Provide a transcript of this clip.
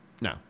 No